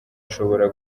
ashobora